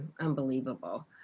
unbelievable